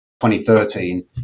2013